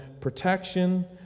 protection